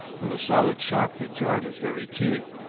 with a solid shock that jarred his very teeth.